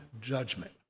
judgment